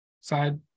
side